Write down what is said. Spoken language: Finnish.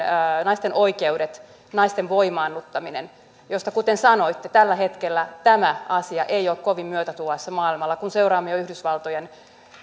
naisten oikeudet naisten voimaannuttaminen ja kuten sanoitte tällä hetkellä tämä asia ei ole kovin myötätuulessa maailmalla kun seuraamme jo yhdysvaltojen